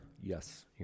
Yes